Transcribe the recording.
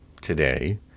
today